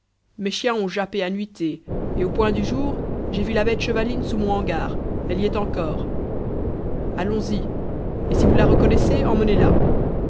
mes chiens ont jappé à nuitée et au point du jour j'ai vu la bête chevaline sous mon hangar elle y est encore allons-y et si vous la reconnaissez emmenez-la